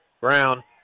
Brown